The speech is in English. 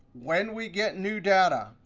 when we get new data,